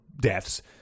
deaths